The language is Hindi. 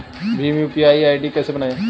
भीम यू.पी.आई आई.डी कैसे बनाएं?